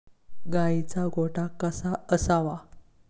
गाईचा गोठा कसा असावा?